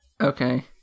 Okay